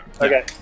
Okay